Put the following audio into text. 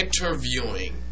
interviewing